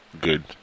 good